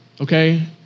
okay